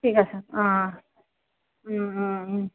ঠিক আছে অ ওম ওম ওম